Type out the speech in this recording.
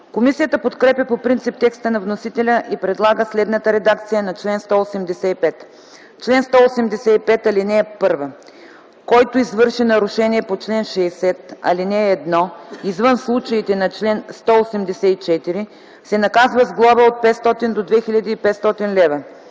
Комисията подкрепя по принцип текста на вносителя и предлага следната редакция на чл. 185: „Чл. 185. (1) Който извърши нарушение по чл. 60, ал. 1, извън случаите на чл. 184, се наказва с глоба от 500 до 2500 лв.